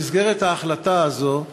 במסגרת ההחלטה הזו,